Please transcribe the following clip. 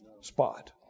spot